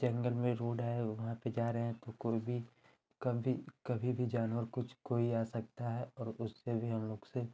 जंगल में रोड है वहाँ पर जा रहे हैं तो कोई भी कभी कभी भी जानवर कुछ कोई आ सकता है और उससे भी हम लोग से